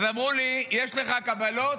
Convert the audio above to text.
אמרו לי, יש לך קבלות?